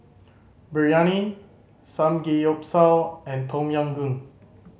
Biryani Samgeyopsal and Tom Yam Goong